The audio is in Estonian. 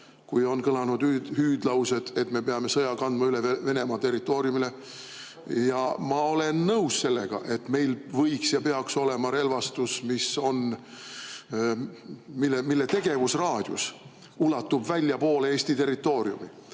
kui on kõlanud hüüdlaused, et me peame sõja kandma üle Venemaa territooriumile? Ja ma olen nõus sellega, et meil võiks olla ja peaks olema relvastus, mille tegevusraadius ulatub väljapoole Eesti territooriumi.